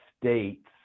states